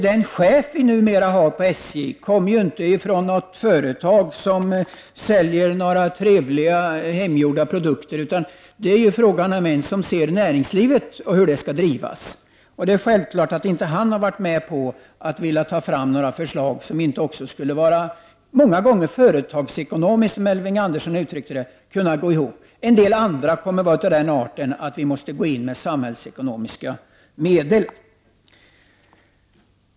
Den chef som SJ numera har kom ju inte från ett företag som säljer trevliga hemgjorda produkter. Det är fråga om en chef som ser till näringslivet när det gäller hur SJ skall drivas. Det är självklart att han inte har varit med om att ta fram några förslag som inte i de flesta fall också företagsekonomiskt, som Elving Andersson uttryckte det, skall kunna gå ihop. En del andra förslag är av den arten att vi måste gå in med samhällsekonomiska medel.